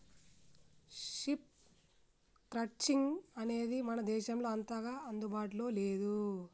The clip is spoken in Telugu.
షీప్ క్రట్చింగ్ అనేది మన దేశంలో అంతగా అందుబాటులో లేదు